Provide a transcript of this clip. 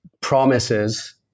promises